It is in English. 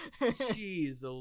Jeez